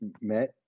met